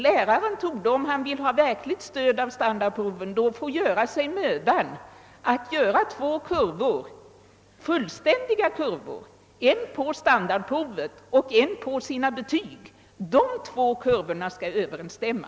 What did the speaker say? Läraren torde, om han verkligen vill ha stöd av standardproven, få göra sig mödan att rita två kurvor: en på standardproven och en på betygen. Dessa två kurvor skall överensstämma.